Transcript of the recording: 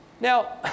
Now